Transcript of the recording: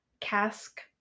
cask